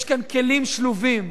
יש כאן כלים שלובים,